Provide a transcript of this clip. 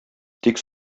тик